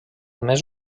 més